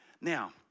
Now